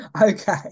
Okay